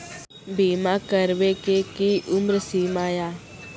बीमा करबे के कि उम्र सीमा या?